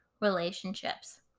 relationships